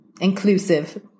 inclusive